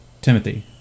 Timothy